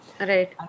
Right